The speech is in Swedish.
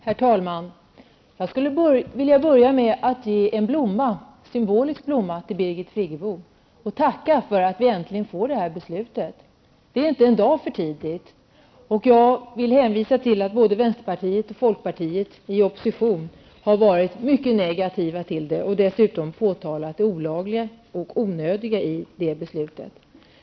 Herr talman! Jag skulle vilja börja med att ge en symbolisk blomma till Birgit Friggebo och tacka för att vi äntligen får detta beslut. Det är inte en dag för tidigt. Jag vill hänvisa till att både vänsterpartiet och folkpartiet i opposition har varit mycket negativa till de regler som har gällt. Vi har dessutom påtalat det olagliga och onödiga i 13 december-beslutet.